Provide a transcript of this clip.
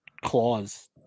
claws